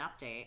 update